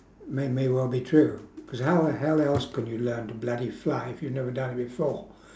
may may well be true because how the hell else could you learn to bloody fly if you'd never done it before